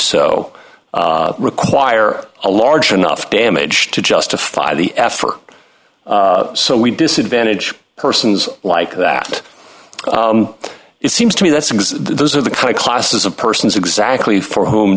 so require a large enough damage to justify the effort so we disadvantage persons like that it seems to me that's because those are the kind of classes of persons exactly for whom